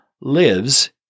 lives